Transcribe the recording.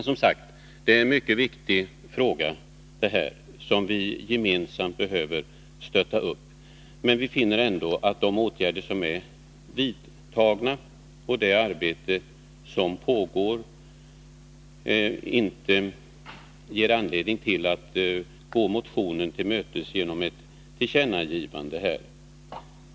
Som sagt: Det är en mycket viktig fråga som vi gemensamt behöver stötta upp. Vi finner ändå att de åtgärder som är vidtagna och det arbete som pågår inte ger oss anledning att gå motionärerna till mötes genom ett tillkännagivande.